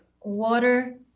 water